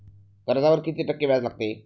कर्जावर किती टक्के व्याज लागते?